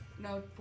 No